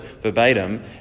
verbatim